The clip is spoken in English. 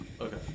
Okay